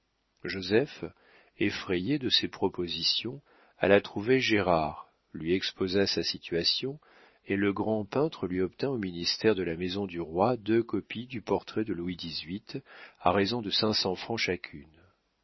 joseph effrayé de ces propositions alla trouver gérard lui exposa sa situation et le grand peintre lui obtint au ministère de la maison du roi deux copies du portrait de louis xviii à raison de cinq cents francs chacune